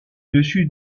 dessus